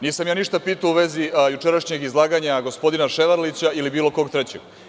Nisam ja ništa pitao u vezi jučerašnjeg izlaganja gospodina Ševarlića ili bilo kog trećeg.